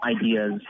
ideas